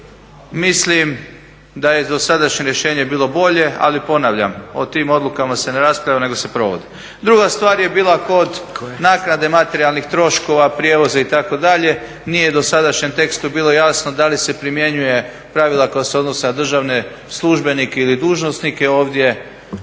Mislim da je dosadašnje rješenje bilo bolje, ali ponavljam o tim odlukama se ne raspravlja nego se provodi. Druga stvar je bila kod naknade materijalnih troškova prijevoza, itd., nije u dosadašnjem tekstu bilo jasno da li se primjenjuje pravila koja se odnose na državne službenike ili dužnosnike, ovdje